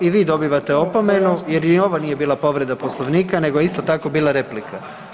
I vi dobivate opomenu jer ni ovo nije bila povreda Poslovnika nego je isto tako bila replika.